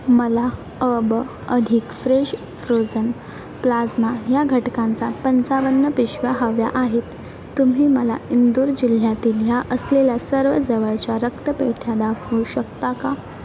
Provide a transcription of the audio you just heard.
मला अब अधिक फ्रेश फ्रोझन प्लाज्मा ह्या घटकांचा पंचावन्न पिशव्या हव्या आहेत तुम्ही मला इंदूर जिल्ह्यातील ह्या असलेल्या सर्व जवळच्या रक्तपेढ्या दाखवू शकता का